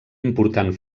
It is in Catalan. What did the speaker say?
important